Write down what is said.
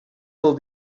will